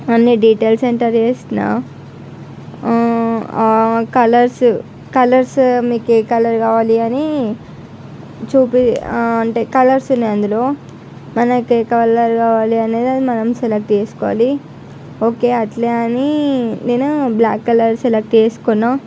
అన్నీ details enter చేసిన ఆ కలర్స్ కలర్స్ మీకు ఏ కలర్ కావాలి అని చూపి అంటే కలర్స్ ఉన్నాయి అందులో మనకి ఏ కలర్ కావాలి అనేది అది మనం సెలెక్ట్ చేసుకోవాలి ఓకే అట్ల అని నేను బ్లాక్ కలర్ సెలెక్ట్ చేసుకున్నాను